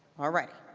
all right.